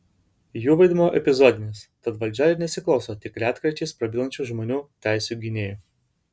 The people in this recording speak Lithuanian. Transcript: jų vaidmuo epizodinis tad valdžia ir nesiklauso tik retkarčiais prabylančių žmonių teisių gynėjų